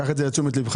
קח את זה לתשומת ליבך.